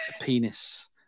penis